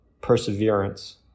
perseverance